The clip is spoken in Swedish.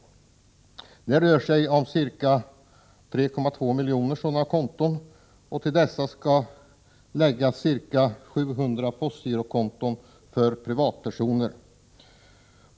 Det rör sig om ca 3,2 miljoner sådana konton. Till detta skall läggas ca 700 000 postgirokonton för privatpersoner.